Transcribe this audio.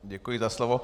Děkuji za slovo.